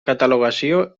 catalogació